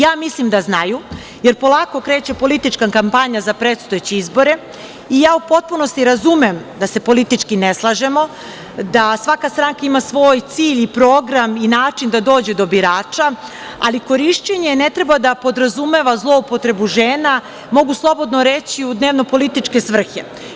Ja mislim da znaju, jer polako kreće politička kampanja za predstojeće izbore i ja u potpunosti razumem da se politički ne slažemo, da svaka stranka ima svoj cilj i program, način da dođe do birača, ali korišćenje ne treba da podrazumeva zloupotrebu žena, mogu slobodno reći u dnevno-političke svrhe.